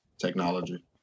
technology